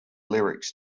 lyrics